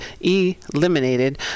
eliminated